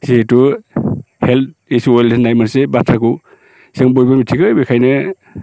जिहेतु health is world होननाय मोनसे बाथ्राखौ जों बयबो मिथिगो बेखायनो